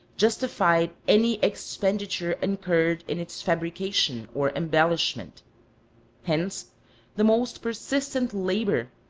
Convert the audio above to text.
justified any expenditure incurred in its fabrication or embellishment hence the most persistent labor,